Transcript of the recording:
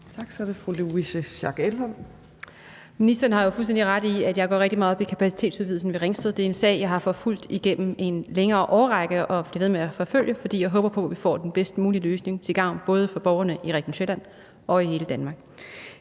Elholm. Kl. 14:39 Louise Schack Elholm (V): Ministeren har jo fuldstændig ret i, at jeg går rigtig meget op i kapacitetsudvidelsen ved Ringsted. Det er en sag, jeg har forfulgt igennem en længere årrække og bliver ved med at forfølge, fordi jeg håber på, at vi får den bedst mulige løsning til gavn for både borgerne i Region Sjælland og i hele Danmark.